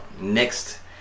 next